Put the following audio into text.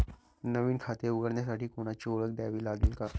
नवीन खाते उघडण्यासाठी कोणाची ओळख द्यावी लागेल का?